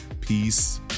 peace